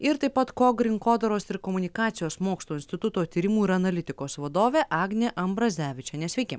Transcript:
ir taip pat kog rinkodaros ir komunikacijos mokslų instituto tyrimų ir analitikos vadovė agnė ambrazevičienė sveiki